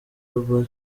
aba